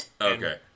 Okay